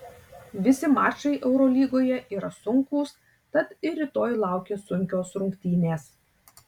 visi mačai eurolygoje yra sunkūs tad ir rytoj laukia sunkios rungtynės